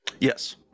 Yes